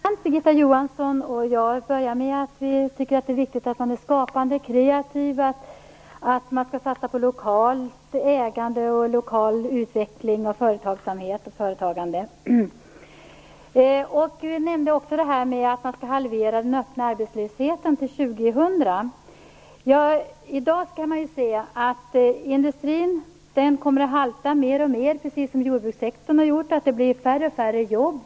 Fru talman! Det var intressant, Birgitta Johansson. Jag börjar med att säga att vi tycker att det är viktigt att man är skapande och kreativ, att man skall satsa på lokalt ägande och lokal utveckling av företagsamhet och företagande. Birgitta Johansson nämnde också att man skall halvera den öppna arbetslösheten till år 2000. I dag kan man se att industrin kommer att halta mer och mer, precis som jordbrukssektorn har gjort. Det blir färre och färre jobb.